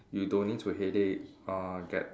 you don't need to headache uh get